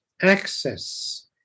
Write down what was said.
access